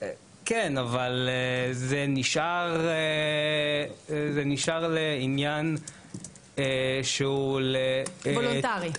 כן, אבל זה נשאר לעניין שהוא -- וולונטרי.